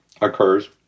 occurs